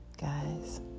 Guys